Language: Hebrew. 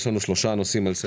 אנחנו נמצאים פה